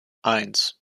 eins